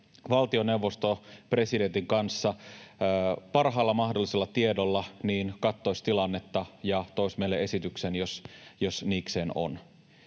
valtioneuvosto presidentin kanssa parhaalla mahdollisella tiedolla katsoisi tilannetta ja toisi meille esityksen, jos niikseen on.